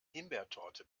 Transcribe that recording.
himbeertorte